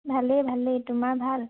ভালেই ভালেই তোমাৰ ভাল